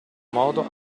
modo